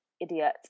idiot